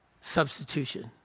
substitution